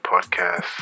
podcast